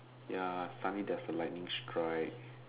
ya funny there's a lightning strike